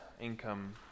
income